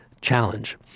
challenge